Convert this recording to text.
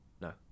No